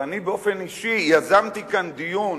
ואני באופן אישי יזמתי כאן דיון